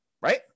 right